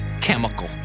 chemical